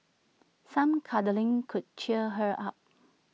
some cuddling could cheer her up